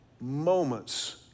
moments